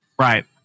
right